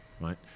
right